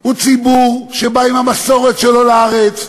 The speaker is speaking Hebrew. הוא ציבור שבא עם המסורת שלו לארץ,